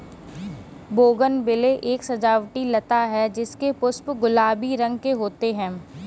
bougainvillea एक सजावटी लता है जिसके पुष्प गुलाबी रंग के होते है